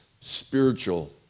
spiritual